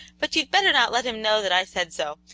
but you'd better not let him know that i said so.